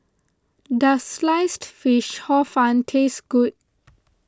does Sliced Fish Hor Fun taste good